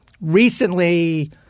recently